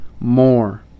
more